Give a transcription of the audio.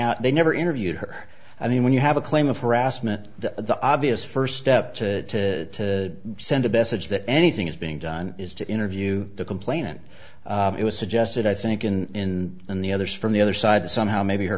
out they never interviewed her i mean when you have a claim of harassment the obvious first step to send a message that anything is being done is to interview the complainant it was suggested i think in and the others from the other side that somehow maybe her